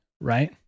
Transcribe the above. Right